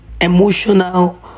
emotional